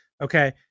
okay